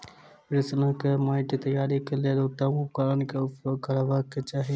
कृषकक माइट तैयारीक लेल उत्तम उपकरण केउपयोग करबाक चाही